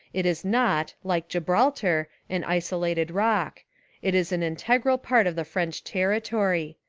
it is not, like gibraltar, an isolated rock it is an integral part of the french territory.